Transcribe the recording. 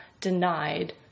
denied